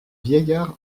vieillard